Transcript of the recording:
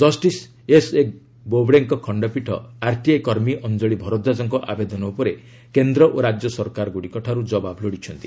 justice S A ବୋବଡେଙ୍କ ଖଣ୍ଡପୀଠ RTI କର୍ମୀ ଅଞ୍ଜଳି ଭରଦ୍ଧାଜଙ୍କ ଆବେଦନ ଉପରେ କେନ୍ଦ୍ର ଓ ରାଜ୍ୟସରକାରଗୁଡ଼ିକଠାରୁ ଜବାବ ଲୋଡ଼ିଛନ୍ତି